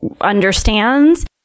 understands